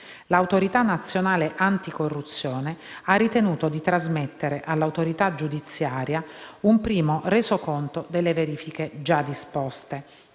l’Autorità nazionale anticorruzione ha ritenuto di trasmettere all’autorità giudiziaria un primo resoconto delle verifiche già disposte,